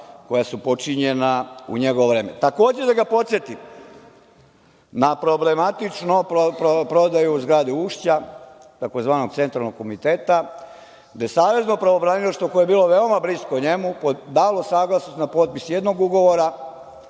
koja su počinjena u njegovo vreme. Takođe da ga podsetim na problematičnu prodaju zgrade Ušća, tzv. Centralnog komiteta, gde je savezno prvobranilaštvo koje je bilo veoma blisko njemu, uz malu saglasnost, na potpis jednog ugovora,